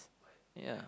ya